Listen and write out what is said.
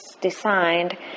designed